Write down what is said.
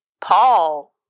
Paul